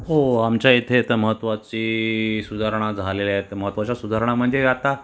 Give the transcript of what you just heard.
हो आमच्या इथे आता महत्वाची सुधारणा झालेल्या आहेत महत्वाच्या सुधारणा म्हणजे आता